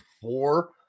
four